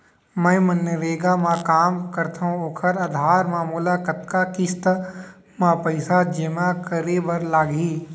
मैं मनरेगा म काम करथो, ओखर आधार म मोला कतना किस्ती म पइसा जेमा करे बर लागही?